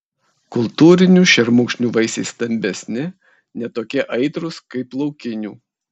kultūrinių šermukšnių vaisiai stambesni ne tokie aitrūs kaip laukinių